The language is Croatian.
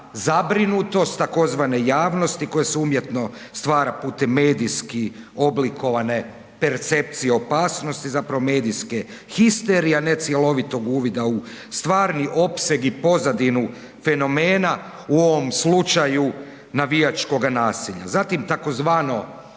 zabrinutost tzv. javnosti koja se umjetno stvara putem medijski oblikovane percepcije opasnosti zapravo medijske histerije, a ne cjelovitog uvida u stvarni opseg i pozadinu fenomena u ovom slučaju navijačkoga nasilja. Zatim tzv.